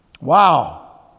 Wow